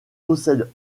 possèdent